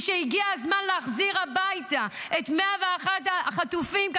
ושהגיע הזמן להחזיר את 101 החטופים הביתה,